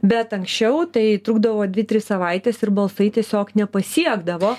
bet anksčiau tai trukdavo dvi tris savaites ir balsai tiesiog nepasiekdavo